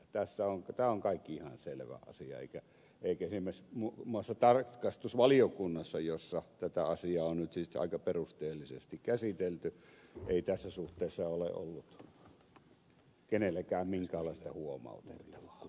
tämä kaikki on ihan selvä asia eikä muun muassa tarkastusvaliokunnassa jossa tätä asiaa nyt on aika perusteellisesti käsitelty tässä suhteessa ole ollut kenelläkään minkäänlaista huomautettavaa